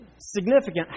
significant